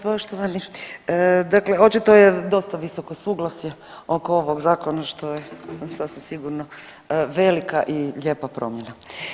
Poštovani dakle očito je dosta visoko suglasje oko ovog zakona što je sasvim sigurno velika i lijepa promjena.